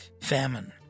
Famine